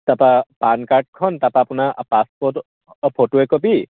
তাৰপৰা পান কাৰ্ডখন তাৰপৰা আপোনাৰ পাছপৰ্ট ফটো একপি